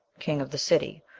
king of the city,